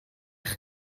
eich